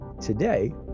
today